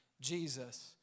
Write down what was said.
Jesus